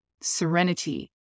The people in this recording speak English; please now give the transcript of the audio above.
serenity